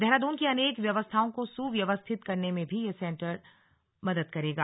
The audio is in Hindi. देहराद्न की अनेक व्यवस्थाओं को सुव्यवस्थित करने में भी यह सेंटर मदद करेगा